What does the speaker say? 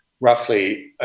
roughly